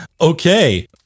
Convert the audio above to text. Okay